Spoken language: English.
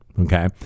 okay